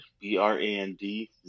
B-R-A-N-D